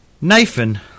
Nathan